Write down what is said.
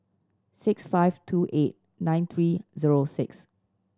six five two eight nine three zero six